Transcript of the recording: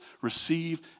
receive